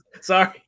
Sorry